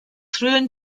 frühen